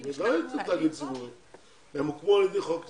הם הוקמו על ידי חוק ספציפי.